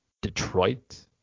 Detroit